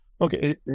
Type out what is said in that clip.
Okay